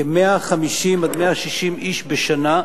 150 160 איש בשנה,